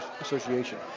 Association